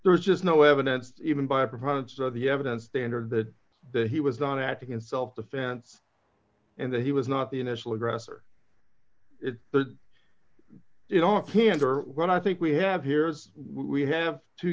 there's just no evidence even by proponents of the evidence standard that he was on acting in self defense and that he was not the initial aggressor but it all candor when i think we have here is we have two